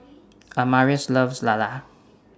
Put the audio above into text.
Amaris loves Lala